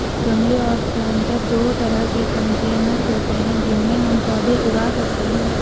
गमले और प्लांटर दो तरह के कंटेनर होते है जिनमें हम पौधे उगा सकते है